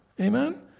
Amen